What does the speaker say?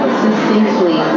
succinctly